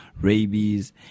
rabies